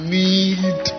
need